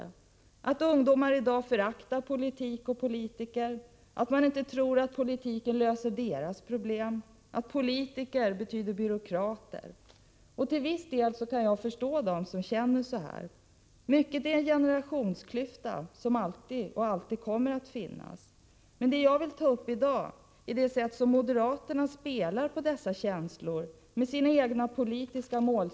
Det sägs att ungdomar i dag föraktar politik och politiker, att de inte tror att politiken löser deras problem och att politiker är detsamma som byråkrater. Till viss del kan jag förstå dem som känner så här. Mycket är en generationsklyfta som alltid funnits och alltid kommer att finnas. Men vad jag vill ta upp i dag är moderaternas sätt att spela på dessa känslor i syfte att tillgodose sina egna politiska mål.